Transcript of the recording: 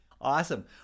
Awesome